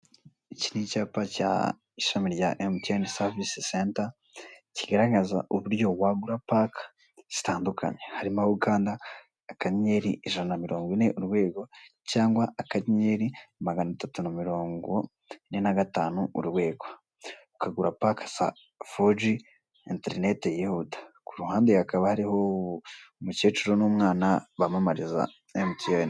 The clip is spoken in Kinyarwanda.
Iki n'icyapa cya ishami rya emutiyene savisi seta kigaragaza uburyo wagura pake zitandukanye hari nago ukanda akanyenyeri ijana na mirongo ine urwego cyangwa akanyenyeri maganatatu na mirongo ine nagatanu urwego ukagura pake foji iterineti yihuta, kuruhande hakaba hari umukecuru n'umwana bamamariza emutiyene.